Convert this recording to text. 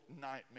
nightmare